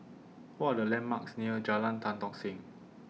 What Are The landmarks near Jalan Tan Tock Seng